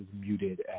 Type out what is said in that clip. muted